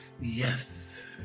Yes